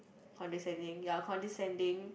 condescending ya condescending